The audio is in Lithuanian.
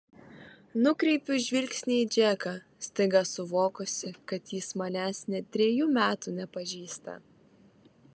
nukreipiu žvilgsnį į džeką staiga suvokusi kad jis manęs nė trejų metų nepažįsta